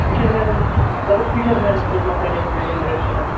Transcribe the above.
fisher viral خبر فِشرمینَن سۭتۍ ما کَرن کانہہ اِنٹریکشن